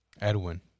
Edwin